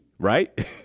Right